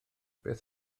beth